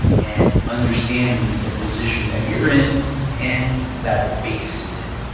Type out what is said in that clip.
and understanding the position that you are in and that the base is in.